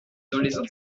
autres